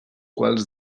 quals